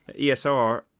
ESR